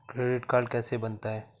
Credit card कैसे बनता है?